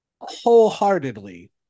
wholeheartedly